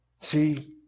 See